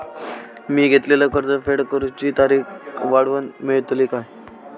मी घेतलाला कर्ज फेड करूची तारिक वाढवन मेलतली काय?